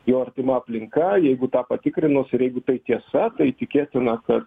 jo artima aplinka jeigu tą patikrinus ir jeigu tai tiesa tai tikėtina kad